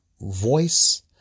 voice